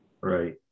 Right